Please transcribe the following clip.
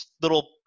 little